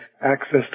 access